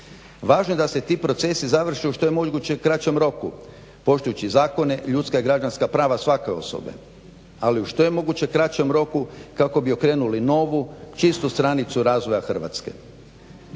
Važno je da se ti procesi završe u što je moguće kraćem roku poštujući zakone, ljudska i građanska prava svake osobe ali u što je moguće kraćem roku kako bi okrenuli novu, čist stranicu razvoja Hrvatske,